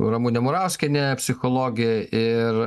ramunė murauskienė psichologė ir